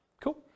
Cool